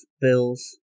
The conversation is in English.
Bills